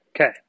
Okay